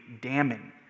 damning